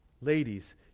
Ladies